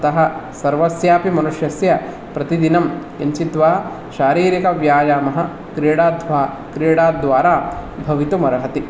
अतः सर्वस्यापि मनुष्यस्य प्रतिदिनं किञ्चित् वा शारीरिकव्यायामः क्रीडाध्वा क्रीडाद्वारा भवितुमर्हति